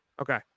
Okay